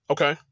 Okay